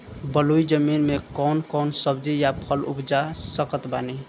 बलुई जमीन मे कौन कौन सब्जी या फल उपजा सकत बानी?